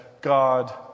God